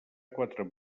quatre